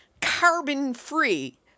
carbon-free